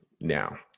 Now